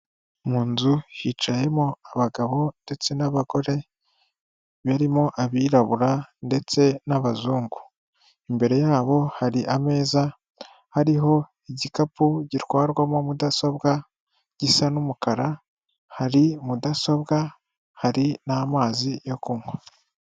Mu nzu hicayemo abagabo ndetse n'abagore, barimo abirabura ndetse n'abazungu, imbere yabo hari ameza, hariho igikapu gitwarwamo mudasobwa gisa n'umukara, hari mudasobwa hari n'amazi yo kunywa.